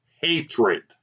hatred